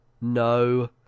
No